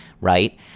right